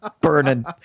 burning